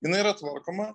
jinai yra tvarkoma